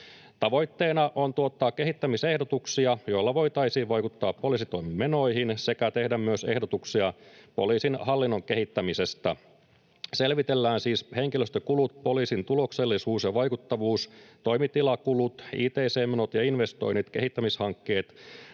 Tavoitteena on tuottaa kehittä-misehdotuksia, joilla voitaisiin vaikuttaa poliisitoimimenoihin sekä tehdä myös ehdotuksia poliisin hallinnon kehittämisestä. Selvitellään siis henkilöstökulut, poliisin tuloksellisuus ja vaikuttavuus, toimitilakulut, ict-menot ja investoinnit, kehittämishankkeet,